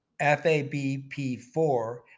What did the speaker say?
FABP4